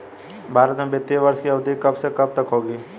भारत में वित्तीय वर्ष की अवधि कब से कब तक होती है?